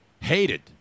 hated